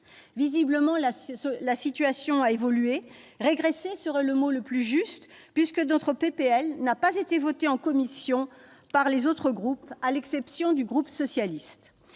Visiblement, la situation a évolué, « régressé » serait le mot juste, puisque notre proposition de loi n'a pas été votée en commission par les autres groupes, à l'exception du groupe socialiste.